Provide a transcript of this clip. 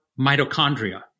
mitochondria